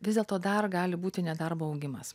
vis dėlto dar gali būti nedarbo augimas